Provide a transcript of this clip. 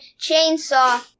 chainsaw